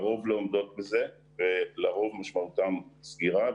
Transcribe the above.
הרוב לא עומדים בזה לרוב המשמעות היא סגירה,